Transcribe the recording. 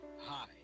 Hi